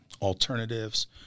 alternatives